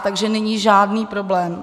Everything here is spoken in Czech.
Takže není žádný problém.